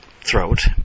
throat